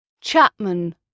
Chapman